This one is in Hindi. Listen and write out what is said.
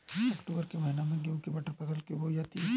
अक्टूबर के महीना में गेहूँ मटर की फसल बोई जाती है